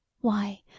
Why